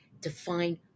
define